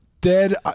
Dead